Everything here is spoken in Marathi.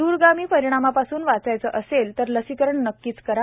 द्रगामी परिणामापासून वाचायचे असेल तर लसीकरण नक्कीच करा